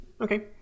Okay